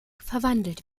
verwandelt